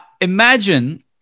imagine